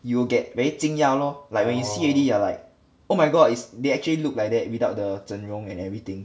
you will get very 惊讶 lor like when you see already you're like oh my god is they actually look like that without the 整容 and everything